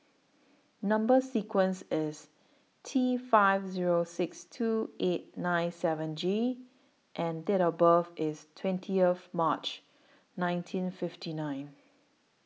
Number sequence IS T five Zero six two eight nine seven G and Date of birth IS twentieth March nineteen fifty nine